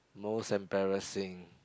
most embarrassing